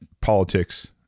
politics